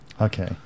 Okay